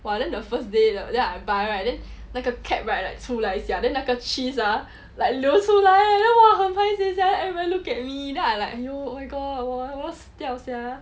!wah! then the first day then I buy right then like a cap right like 出来 sia then 那个 cheese ah like 流出来 eh !wah! then 很 paiseh sia everybody look at me then I like you oh my god 我要死掉 sia